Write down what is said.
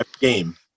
game